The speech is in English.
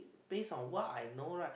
based on what I know right